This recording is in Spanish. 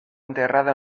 enterrado